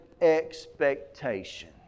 expectation